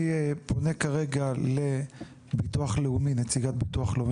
אני פונה כרגע לנציגת ביטוח לאומי.